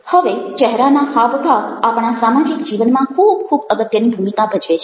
હવે ચહેરાના હાવભાવ આપણા સામાજિક જીવનમાં ખૂબ ખૂબ અગત્યની ભૂમિકા ભજવે છે